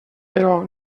però